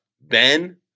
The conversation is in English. Ben